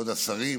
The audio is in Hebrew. כבוד השרים,